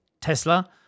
Tesla